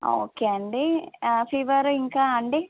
okay అండి fever ఇంకా అండి